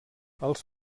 els